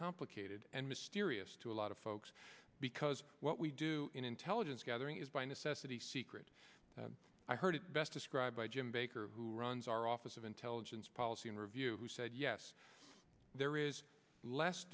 complicated and mysterious to a lot of folks because what we do in intelligence gathering is by necessity secret i heard it best described by jim baker who runs our office of intelligence policy and review who said yes there is less